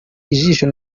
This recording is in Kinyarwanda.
ijisho